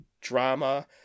drama